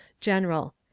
General